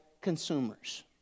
consumers